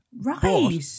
Right